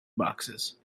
boxes